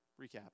recap